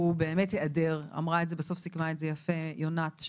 הוא היעדר בסוף סיכמה את זה יפה יונת מייזל,